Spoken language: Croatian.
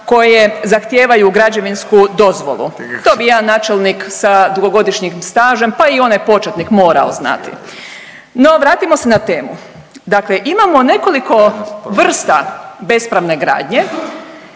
koje zahtijevaju građevinsku dozvolu. To bi jedan načelnik sa dugogodišnjim stažem, pa i onaj početnik morao znati, no vratimo se na temu. Dakle imamo nekoliko vrsta bespravne gradnje